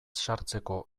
sartzeko